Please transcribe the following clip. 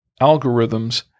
algorithms